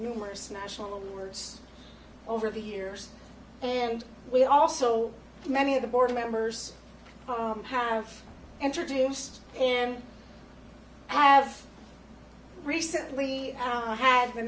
numerous national words over the years and we also many of the board members have introduced and have recently i had the